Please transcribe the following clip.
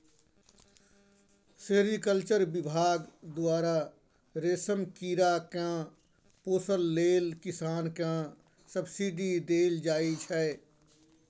sericulture बिभाग द्वारा रेशम कीरा केँ पोसय लेल किसान केँ सब्सिडी देल जाइ छै